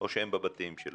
או שהם בבתים שלהם?